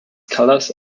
colors